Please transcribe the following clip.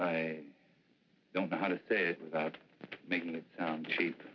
i don't know how to say it without making it sound cheap